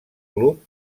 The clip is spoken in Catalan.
club